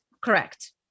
Correct